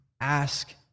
ask